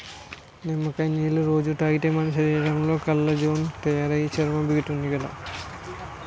నిమ్మకాయ నీళ్ళు రొజూ తాగితే మన శరీరంలో కొల్లాజెన్ తయారయి చర్మం బిగుతుగా ఉంతాది